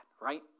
right